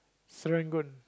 Serangoon